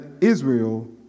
Israel